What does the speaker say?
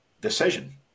decision